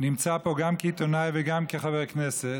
נמצא פה, גם כעיתונאי וגם כחבר כנסת,